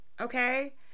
Okay